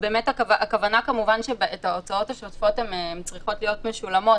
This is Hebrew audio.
הכוונה כמובן שההוצאות השוטפות צריכות להיות משולמות,